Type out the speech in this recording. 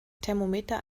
thermometer